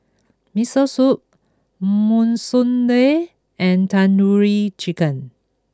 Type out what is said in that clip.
Miso Soup Monsunabe and Tandoori Chicken